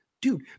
Dude